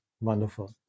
Wonderful